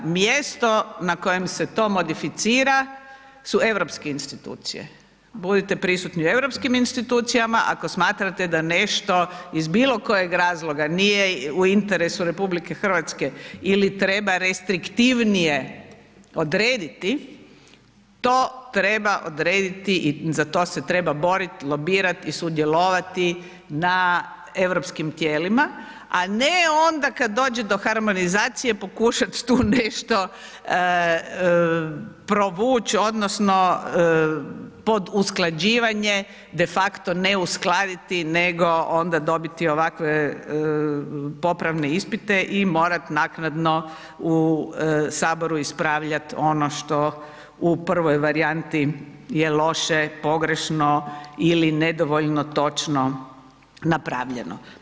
Mjesto na kojem se to modificira su europske institucije, budite prisutni u europskim institucijama ako smatrate da nešto, iz bilo kojeg razloga nije u interesu Republike Hrvatske ili treba restriktivnije odrediti, to treba odrediti i za to se treba borit, lobirat i sudjelovati na europskim tijelima, a ne onda kad dođe do harmonizacije, pokušat tu nešto provući odnosno pod usklađivanje de facto ne uskladiti nego onda dobiti ovakve popravne ispite i morat naknadno u Saboru ispravljat ono što u prvoj varijanti je loše, pogrešno ili nedovoljno točno napravljeno.